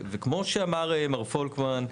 וכמו שאמר מר פולקמן,